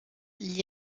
gli